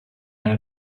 are